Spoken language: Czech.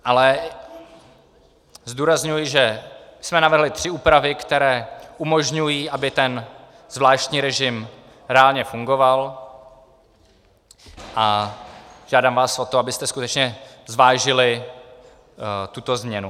Ale zdůrazňuji, že jsme navrhli tři úpravy, které umožňují, aby ten zvláštní režim reálně fungoval, a žádám vás o to, abyste skutečně zvážili tuto změnu.